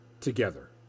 together